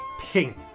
pink